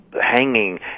hanging